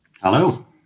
Hello